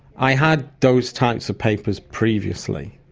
i had those types of papers previously,